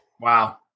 Wow